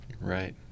Right